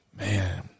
Man